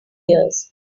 years